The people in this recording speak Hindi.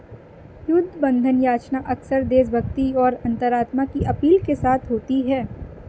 युद्ध बंधन याचना अक्सर देशभक्ति और अंतरात्मा की अपील के साथ होती है